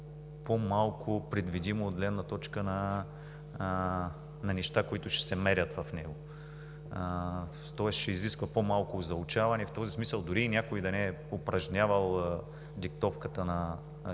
по-малко предвидимо от гледна точка на неща, които ще се мерят в него. Тоест ще изисква по-малко заучаване и в този смисъл дори някой да не е упражнявал диктовката на аудиофайл,